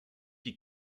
die